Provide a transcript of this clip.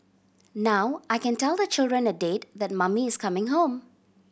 now I can tell the children a date that mummy is coming home